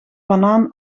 banaan